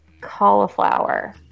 cauliflower